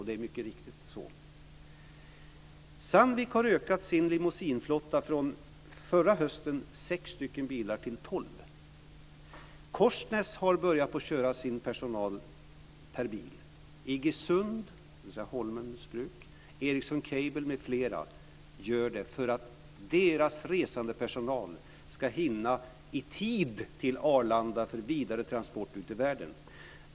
Det är mycket riktigt så. Sandvik har ökat sin limousineflotta sedan förra hösten från sex stycken bilar till tolv. Korsnäs har börjat köra sin personal per bil. Iggesund, dvs. Holmens Bruk, Ericsson Cables m.fl. gör det för att deras resandepersonal ska hinna i tid till Arlanda för vidare transport ut i världen.